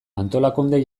antolakunde